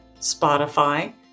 Spotify